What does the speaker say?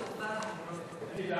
גברתי,